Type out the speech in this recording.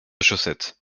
chaussettes